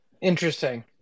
interesting